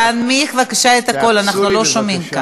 להנמיך בבקשה את הקול, אנחנו לא שומעים כאן.